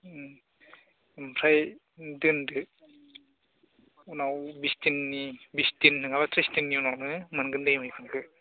उम ओमफ्राय दोनदो उनाव बिसदिननि बिसदिन नङाबा थ्रिसदिननि उनावनो मोनगोन दे मैखुनखौ